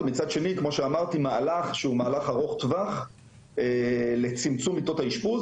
מצד שני כמו שאמרתי מהלך שהוא מהלך ארוך טווח לצמצום מיטות האשפוז.